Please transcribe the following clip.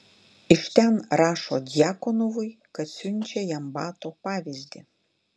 iš ten rašo djakonovui kad siunčia jam bato pavyzdį